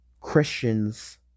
Christians